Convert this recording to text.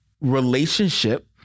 relationship